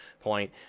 point